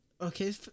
Okay